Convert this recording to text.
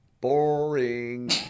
Boring